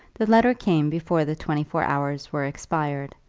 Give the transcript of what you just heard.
the letter came before the twenty-four hours were expired,